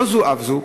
לא זו אף זו,